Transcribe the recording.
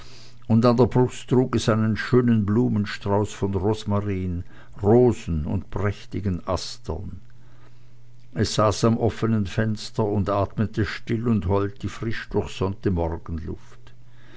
und an der brust trug es einen schönen blumenstrauß von rosmarin rosen und prächtigen astern es saß am offenen fenster und atmete still und hold die frisch durchsonnte morgenluft